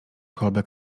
kolbę